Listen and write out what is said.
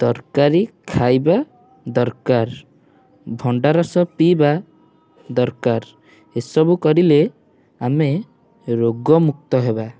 ତରକାରୀ ଖାଇବା ଦରକାର ଭଣ୍ଡା ରସ ପିଇବା ଦରକାର ଏସବୁ କରିଲେ ଆମେ ରୋଗମୁକ୍ତ ହେବା